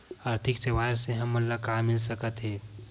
आर्थिक सेवाएं से हमन ला का मिल सकत हे?